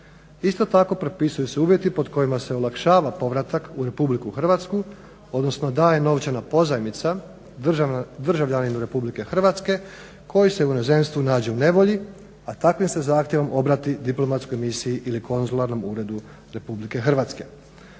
Istako tako propisuju se uvjeti pod kojima se olakšava povratak u RH odnosno daje novčana pozajmica državljaninu RH koji se u inozemstvu nađe u nevolji, a takvim se zahtjevom obrati diplomatskoj misiji ili konzularnom uredu RH. Danas